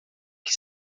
que